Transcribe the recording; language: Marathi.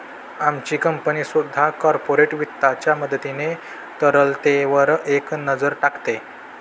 आमची कंपनी सुद्धा कॉर्पोरेट वित्ताच्या मदतीने तरलतेवर एक नजर टाकते